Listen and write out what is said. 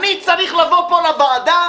אני צריך לבוא פה לוועדה,